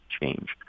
change